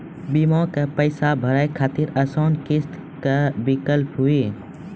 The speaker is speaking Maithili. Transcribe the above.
बीमा के पैसा भरे खातिर आसान किस्त के का विकल्प हुई?